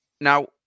now